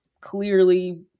clearly